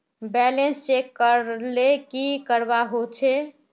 Balance check करले की करवा होचे?